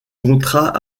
contrat